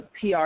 PR